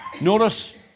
Notice